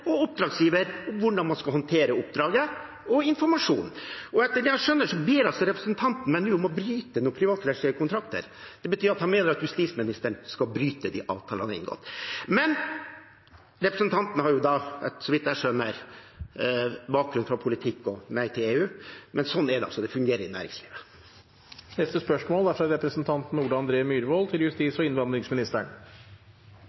og oppdragsgiver om hvordan man skal håndtere oppdraget og informasjonen – og etter det jeg skjønner, ber altså representanten meg nå om å bryte noen privatrettslige kontrakter. Det betyr at han mener at justisministeren skal bryte de avtaler han har inngått. Representanten har, så vidt jeg skjønner, bakgrunn fra politikk og Nei til EU, men slik er det altså det fungerer i næringslivet. På forsommeren besøkte jeg Halden tingrett etter noen bekymringsmeldinger fra advokatmiljøet i Halden og fra andre